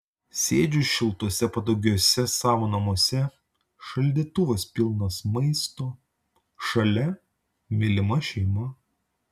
sėdžiu šiltuose patogiuose savo namuose šaldytuvas pilnas maisto šalia mylima šeima